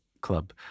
club